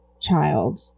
child